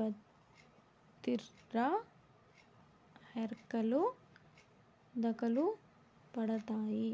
బద్రిర హర్కెలు దకలుపడతాయి